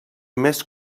més